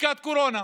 בדיקת קורונה,